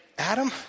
Adam